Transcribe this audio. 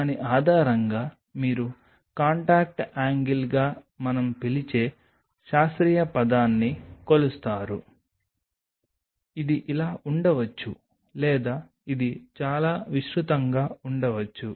దాని ఆధారంగా మీరు కాంటాక్ట్ యాంగిల్గా మనం పిలిచే శాస్త్రీయ పదాన్ని కొలుస్తారు ఇది ఇలా ఉండవచ్చు లేదా ఇది చాలా విస్తృతంగా ఉండవచ్చు